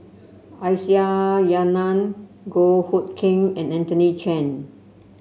Aisyah Lyana Goh Hood Keng and Anthony Chen